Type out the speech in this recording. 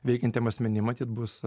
veikiantiem asmenim matyt bus